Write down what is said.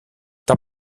dann